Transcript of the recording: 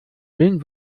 wen